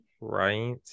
Right